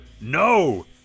no